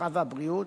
הרווחה והבריאות,